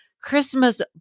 Christmas